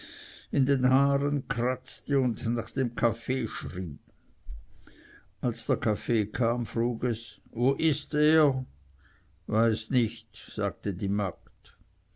in den haaren kratzte und nach dem kaffee schrie als der kaffee kam frug es wo ist er weiß nicht sagte die magd